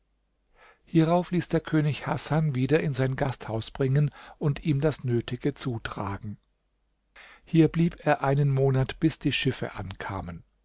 hierauf ließ der könig hasan wieder in sein gasthaus bringen und ihm das nötige zutragen hier blieb er einen monat bis die schiffe ankamen